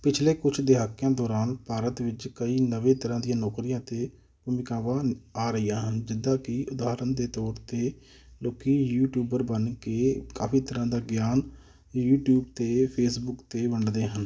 ਪਿਛਲੇ ਕੁਛ ਦਹਾਕਿਆਂ ਦੌਰਾਨ ਭਾਰਤ ਵਿੱਚ ਕਈ ਨਵੇਂ ਤਰ੍ਹਾਂ ਦੀਆਂ ਨੌਕਰੀਆਂ ਅਤੇ ਭੂਮਿਕਾਵਾਂ ਆ ਰਹੀਆਂ ਹਨ ਜਿੱਦਾਂ ਕਿ ਉਦਾਹਰਨ ਦੇ ਤੌਰ 'ਤੇ ਲੋਕ ਯੂਟਿਊਬਰ ਬਣ ਕੇ ਕਾਫੀ ਤਰ੍ਹਾਂ ਦਾ ਗਿਆਨ ਯੂਟਿਊਬ 'ਤੇ ਫੇਸਬੁਕ 'ਤੇ ਵੰਡਦੇ ਹਨ